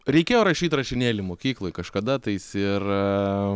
reikėjo rašyt rašinėlį mokykloj kažkada tais ir